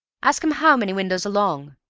ask him how many windows along!